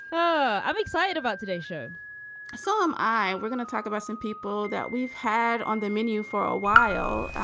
but i'm excited about today's show so am i. we're gonna talk about some people that we've had on the menu for a while.